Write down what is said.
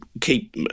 keep